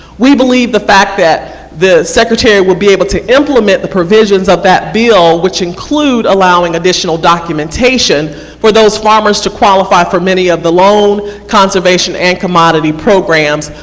we believe the fact that the secretary will be able to implement the provisions of that bill, which include allowing additional documentation for those farmers to qualify for many of the loan conservation and commodity programs,